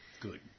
good